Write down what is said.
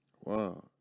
Wow